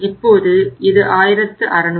இப்போது இது 1600